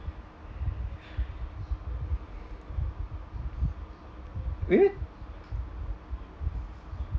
we